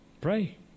Pray